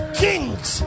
kings